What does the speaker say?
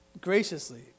graciously